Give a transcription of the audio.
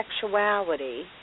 sexuality